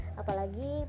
apalagi